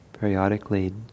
periodically